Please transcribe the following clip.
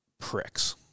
pricks